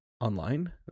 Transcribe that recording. online